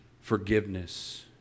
forgiveness